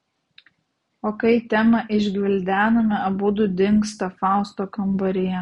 o kai temą išgvildename abudu dingsta fausto kambaryje